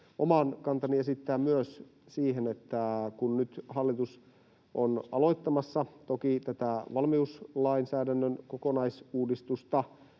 oman kantani esittää myös siihen, että kun nyt hallitus on aloittamassa valmiuslainsäädännön kokonaisuudistusta,